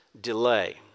delay